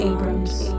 Abrams